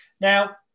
Now